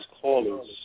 callers